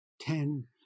ten